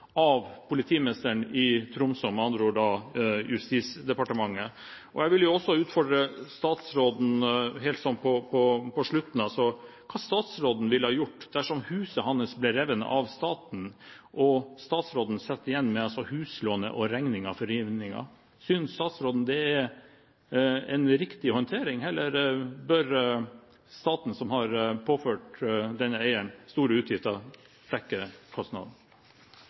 av politimesteren i Tromsø, med andre ord Justisdepartementet. Jeg vil også utfordre statsråden helt på slutten: Hva ville statsråden gjort dersom huset hans ble revet av staten, og statsråden satt igjen med huslånet og regningen for rivingen? Synes statsråden det er en riktig håndtering, eller bør staten, som har påført denne eieren store utgifter,